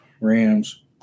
Rams